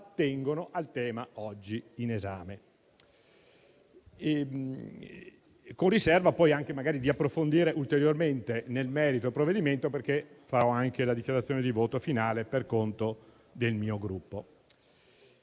attengono al tema oggi in esame, con riserva poi di approfondire ulteriormente nel merito il provvedimento, perché farò anche la dichiarazione di voto finale per conto del mio Gruppo.